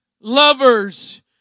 lovers